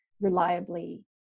reliably